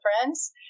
friends